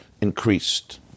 increased